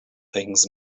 things